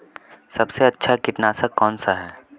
सबसे अच्छा कीटनाशक कौनसा है?